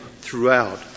throughout